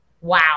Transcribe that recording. Wow